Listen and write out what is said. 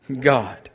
God